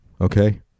okay